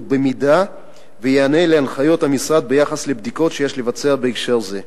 אם יענה להנחיות המשרד ביחס לבדיקות שיש לבצע בהקשר זה.